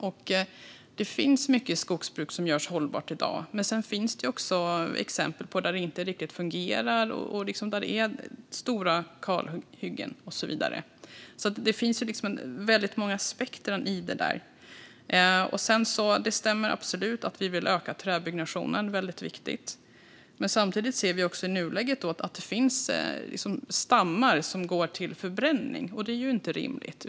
I dag finns det mycket skogsbruk som görs hållbart, men det finns också exempel på att det inte riktigt fungerar - stora kalhyggen och så vidare. Det finns liksom ett spektrum. Det stämmer absolut att vi vill öka träbyggnationen. Det är väldigt viktigt. Samtidigt ser vi att det i nuläget finns fall där stammar går till förbränning, och det är ju inte rimligt.